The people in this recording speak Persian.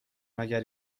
مگر